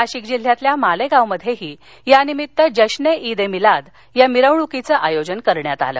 नाशिक जिल्ह्यातल्या मालेगावमध्येही यानिमित्त जश्रे ईद ए मिलाद या मिरवणुकीचं आयोजन करण्यात आलं